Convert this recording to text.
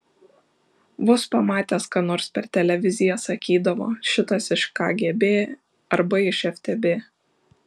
vos pamatęs ką nors per televiziją sakydavo šitas iš kgb arba iš ftb